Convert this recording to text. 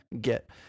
get